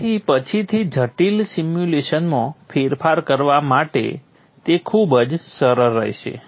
તેથી પછીથી જટિલ સિમ્યુલેશનમાં ફેરફાર કરવા માટે તે ખૂબ જ સરળ રહેશે